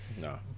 No